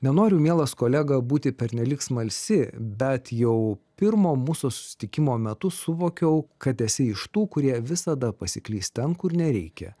nenoriu mielas kolega būti pernelyg smalsi bet jau pirmo mūsų susitikimo metu suvokiau kad esi iš tų kurie visada pasiklys ten kur nereikia